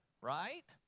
right